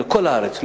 לכל הארץ.